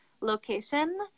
location